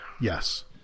Yes